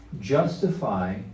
justify